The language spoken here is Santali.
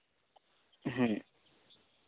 ᱦᱮᱸ